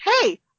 hey